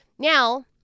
Now